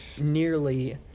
nearly